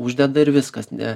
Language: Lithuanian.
uždeda ir viskas ne